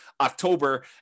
October